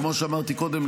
כמו שאמרתי קודם,